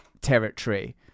territory